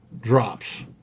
drops